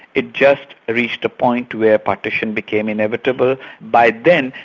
it just reached a point where partition became inevitable. by then,